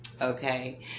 Okay